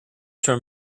term